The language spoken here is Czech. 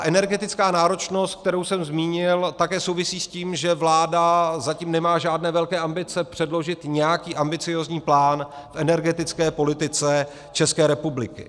Energetická náročnost, kterou jsem zmínil, také souvisí s tím, že vláda zatím nemá žádné velké ambice předložit nějaký ambiciózní plán v energetické politice České republiky.